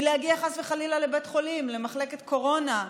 מלהגיע חס וחלילה לבית חולים למחלקת קורונה,